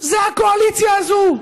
זה הקואליציה הזאת,